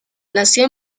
nació